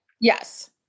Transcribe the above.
yes